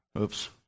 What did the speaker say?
Oops